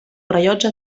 rellotge